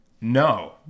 No